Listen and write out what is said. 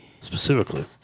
specifically